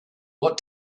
what